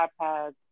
iPads